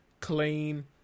clean